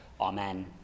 Amen